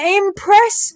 impress